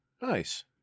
Nice